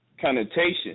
connotation